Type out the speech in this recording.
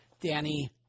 Danny